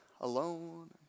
alone